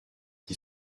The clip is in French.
qui